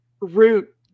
Root